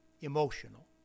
emotional